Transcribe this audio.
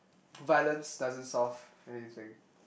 violence doesn't solve anything